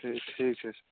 ठीक छै